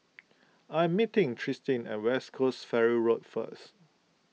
I am meeting Tristin at West Coast Ferry Road first